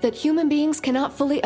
that human beings cannot fully